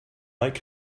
might